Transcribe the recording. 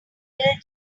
little